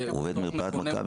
הוא עובד גם במרפאת מכבי.